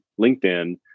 LinkedIn